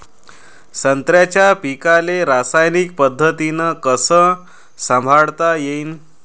संत्र्याच्या पीकाले रासायनिक पद्धतीनं कस संभाळता येईन?